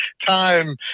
time